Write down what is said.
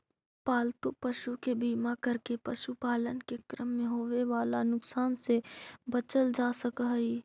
पालतू पशु के बीमा करके पशुपालन के क्रम में होवे वाला नुकसान से बचल जा सकऽ हई